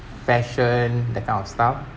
fashion that kind of stuff